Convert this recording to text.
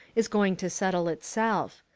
is going to settle itself.